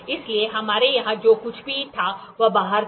इसलिए हमारे यहां जो कुछ भी था वह बाहर था